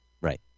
Right